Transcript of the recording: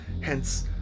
Hence